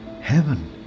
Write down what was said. Heaven